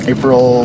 April